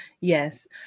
Yes